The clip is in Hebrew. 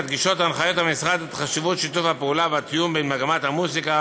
מדגישות הנחיות המשרד את חשיבות שיתוף הפעולה והתיאום בין מגמת המוזיקה